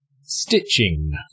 Stitching